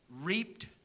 reaped